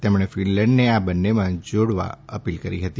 તેમણે ફિનલેંડને આ બંનેમાં જોડવા અપીલ કરી હતી